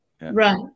Right